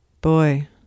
Boy